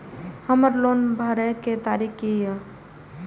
हमर लोन भरय के तारीख की ये?